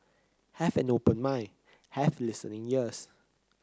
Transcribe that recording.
have an open mind have listening ears